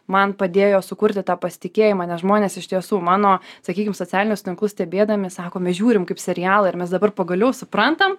man padėjo sukurti tą pasitikėjimą nes žmonės iš tiesų mano sakykim socialinius tinklus stebėdami sako mes žiūrim kaip serialą ir mes dabar pagaliau suprantam